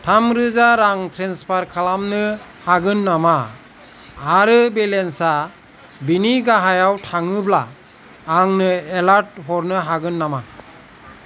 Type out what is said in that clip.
थाम रोजा रां ट्रेन्सफार खालामनो हागोन नामा आरो बेलेन्सा बेनि गाहायाव थाङोब्ला आंनो एलार्ट हरनो हागोन नामा